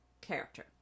character